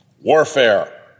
warfare